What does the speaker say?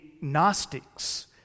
Gnostics